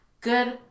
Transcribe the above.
good